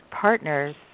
partners